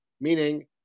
meaning